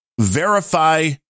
verify